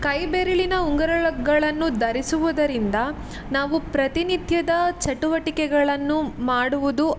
ಕೈ ಬೆರಳಿನ ಉಂಗುರಗಳನ್ನು ಧರಿಸುವುದರಿಂದ ನಾವು ಪ್ರತಿನಿತ್ಯದ ಚಟುವಟಿಕೆಗಳನ್ನು ಮಾಡುವುದು